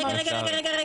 רגע.